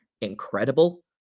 incredible